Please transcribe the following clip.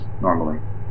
normally